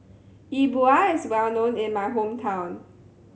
E Bua is well known in my hometown